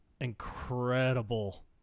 incredible